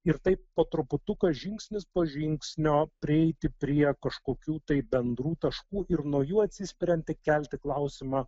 ir taip po truputuką žingsnis po žingsnio prieiti prie kažkokių tai bendrų taškų ir nuo jų atsispiriant kelti klausimą